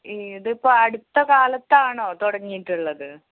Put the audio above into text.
ഈ ഇതിപ്പോൾ അടുത്ത കാലത്താണോ തുടങ്ങിയിട്ടുള്ളത്